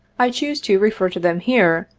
i choose to refer to them here,